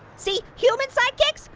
see, human sidekicks,